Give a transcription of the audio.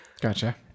Gotcha